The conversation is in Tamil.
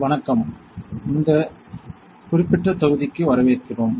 வணக்கம் குறிப்பிட்ட தொகுதிக்கு வரவேற்கிறோம்